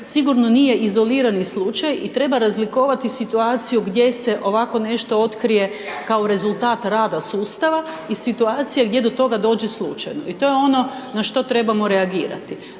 sigurno nije izolirani slučaj i treba razlikovati situaciju gdje se ovako nešto otkrije kao rezultat rada sustava i situacije gdje do toga dođe slučajno i to je ono na što trebamo reagirati.